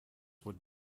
would